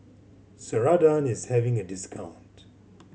Ceradan is having a discount